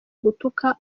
gutuka